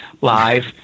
live